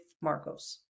Marcos